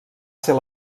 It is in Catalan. ser